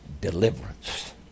deliverance